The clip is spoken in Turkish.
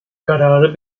kararı